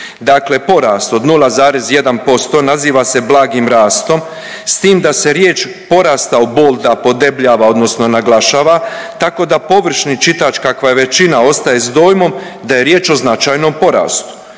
Dakle, porast od 0,1% naziva se blagim rastom s tim da se riječ „porastao“ bolda, podebljava, odnosno naglašava tako da površni čitaš kakva je većina ostaje s dojmom da je riječ o značajnom porastu.